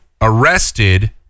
arrested